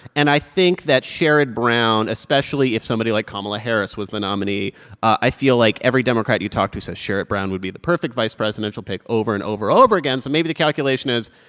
and i think that sherrod brown, especially if somebody like kamala harris was the nominee i feel like every democrat you talk to says sherrod brown would be the perfect vice presidential pick over and over and over again. so maybe the calculation is,